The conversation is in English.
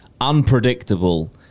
unpredictable